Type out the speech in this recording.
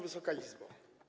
Wysoka Izbo!